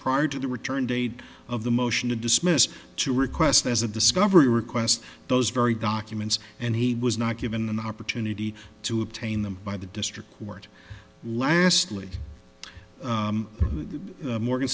prior to the return date of the motion to dismiss to request as a discovery request those very documents and he was not given an opportunity to obtain them by the district court lesl